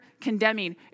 condemning